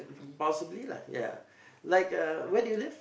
possibly lah ya like uh where do you live